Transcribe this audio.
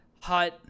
hot